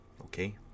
Okay